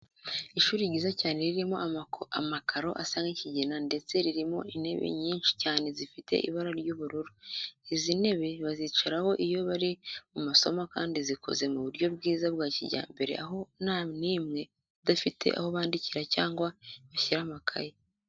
Ishuri ryiza cyane ririmo amakaro asa nk'ikigina ndetse ririmo intebe nyinshi cyane zifite ibara ry'ubururu, izi ntebe bazicaraho iyo bari mu masomo kandi zikoze mu buryo bwiza bwa kijyambere aho nta n'imwe idafite aho bandikira cyangwa bashyira amakayi.